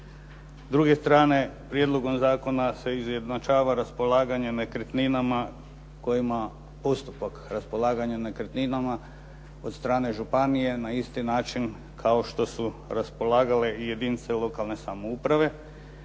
druge strane prijedlogom zakona se izjednačava raspolaganje nekretninama kojima postupak raspolaganja nekretninama od strane županije na isti način kao što su raspolagale i jedinice lokalne samouprave,